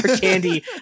candy